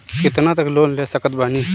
कितना तक लोन ले सकत बानी?